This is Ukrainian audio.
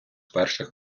перших